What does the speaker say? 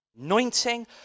anointing